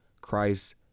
Christ